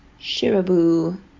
Shirabu